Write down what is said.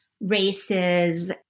races